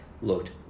looked